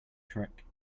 trick